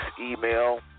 email